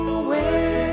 away